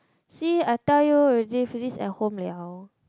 see I tell you already Phyllis at home liao